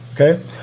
okay